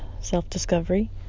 Self-Discovery